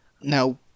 Now